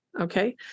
Okay